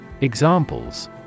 Examples